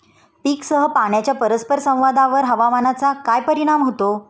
पीकसह पाण्याच्या परस्पर संवादावर हवामानाचा काय परिणाम होतो?